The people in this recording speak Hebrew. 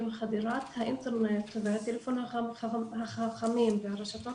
עם חדירת האינטרנט והטלפונים החכמים והרשתות